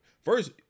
First